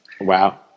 Wow